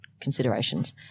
considerations